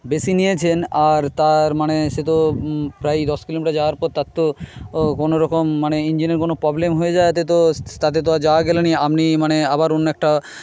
বেশি নিয়েছেন আর তার মানে সে তো প্রায় দশ কিলোমিটার যাওয়ার পর তার তো কোনরকম মানে ইঞ্জিনের কোন প্রবলেম হয়ে যাওয়াতে তো তাতে তো আর যাওয়া গেল না আপনি মানে আবার অন্য একটা